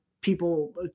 people